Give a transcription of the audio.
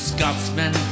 Scotsman